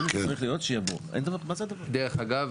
דרך אגב,